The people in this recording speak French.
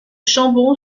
chambon